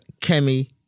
Kemi